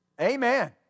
Amen